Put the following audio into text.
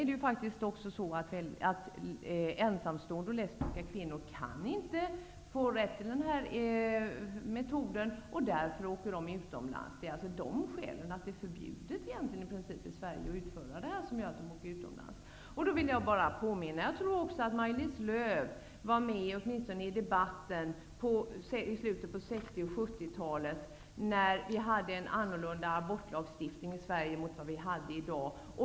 Det är dessutom så att ensamstående och lesbiska kvinnor inte har rätt till den här metoden och åker därför utomlands. Skälen är alltså att det i princip är förbjudet att utföra de här metoderna i Sverige. Jag vill påminna om debatten i slutet på 60-talet och i början av 70-talet -- jag tror också att Maj-Lis Lööw åtminstone var med då -- när vi hade en annorlunda abortlagstiftning i Sverige, jämfört med dagens.